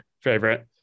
favorite